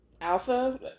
Alpha